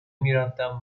میرفتم